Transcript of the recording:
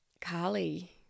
Carly